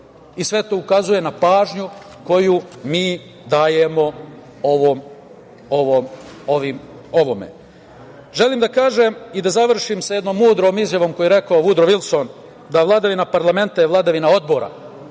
Sve to ukazuje na pažnju koju mi dajemo ovome. Želim da kažem i da završim sa jednom mudrom izjavom koju je rekao Vudro Vilson da vladavina parlamenta je vladavina odbora.